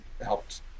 helped